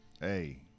Hey